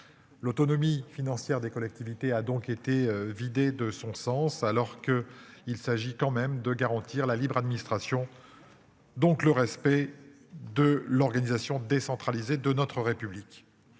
L'autonomie financière des collectivités a donc été vidé de son sens alors que il s'agit quand même de garantir la libre administration. Donc le respect de l'organisation décentralisée de notre République.